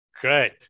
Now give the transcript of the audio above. Great